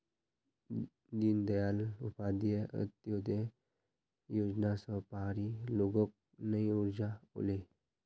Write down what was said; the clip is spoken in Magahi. दीनदयाल उपाध्याय अंत्योदय योजना स पहाड़ी लोगक नई ऊर्जा ओले